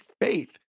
faith